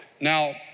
Now